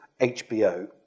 HBO